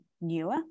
newer